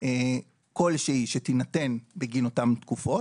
כלשהי שתינתן בגין אותן תקופות,